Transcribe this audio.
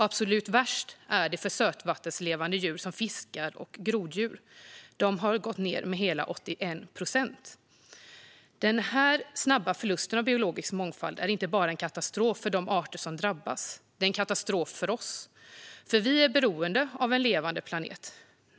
Absolut värst är det för sötvattenslevande djur som fiskar och groddjur. De har gått ned med hela 81 procent. Denna snabba förlust av biologisk mångfald är inte bara en katastrof för de arter som drabbas; det är en katastrof också för oss. Vi är beroende av en levande planet.